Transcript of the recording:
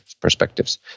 perspectives